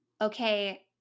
okay